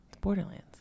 Borderlands